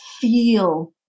feel